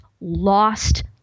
lost